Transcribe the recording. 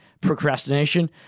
procrastination